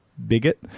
Bigot